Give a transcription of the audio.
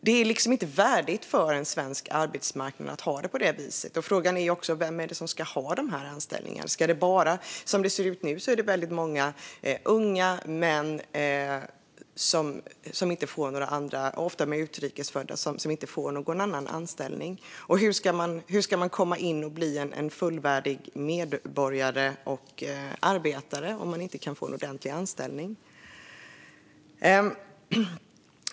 Det är liksom inte värdigt svensk arbetsmarknad att ha det på det viset. Frågan är också vem som ska ha de här anställningarna. Som det ser ut nu är det väldigt många unga män, ofta utrikesfödda, som inte får någon annan anställning. Hur ska man komma in och bli en fullvärdig medborgare och arbetare om man inte kan få en ordentlig anställning?